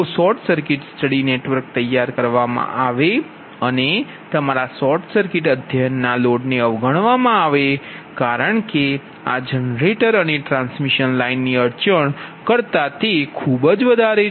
જો short circuit study network તૈયાર કરવા મા આવે અને તમારા શોર્ટ સર્કિટ અધ્યયનના લોડને અવગણવામાં આવશે કારણ કે આ જનરેટર અને ટ્રાન્સમિશન લાઇનની અડચણ કરતા ખૂબ વધારે છે